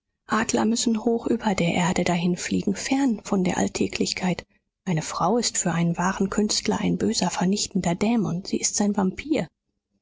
adler müssen hoch über die erde dahinfliegen fern von der alltäglichkeit eine frau ist für einen wahren künstler ein böser vernichtender dämon sie ist sein vampir